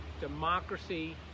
democracy